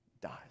dies